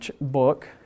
book